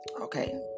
Okay